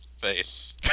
face